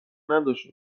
نداشته